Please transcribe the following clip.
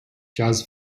jazz